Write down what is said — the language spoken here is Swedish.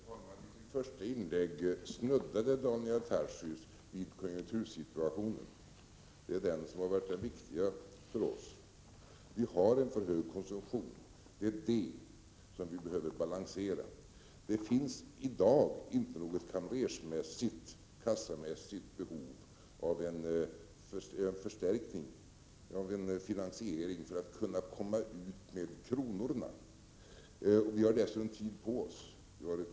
Herr talman! I sitt första inlägg snuddade Daniel Tarschys vid konjunktursituationen — det är den som har varit det viktiga för oss. Konsumtionen är för hög — det är det som behöver balanseras. Det finns inte i dag något kamrersmässigt, kassamässigt behov av en förstärkning av en finansiering för att kronorna skall komma ut. Vi har dessutom tid på oss, drygt ett halvår.